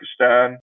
Pakistan